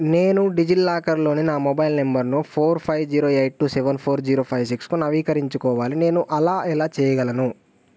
నేను డిజిలాకర్లోని నా మొబైల్ నెంబర్ను four five zero eight two seven four zero five సిక్స్కు నవీకరించుకోవాలి నేను అలా ఎలా చేయగలను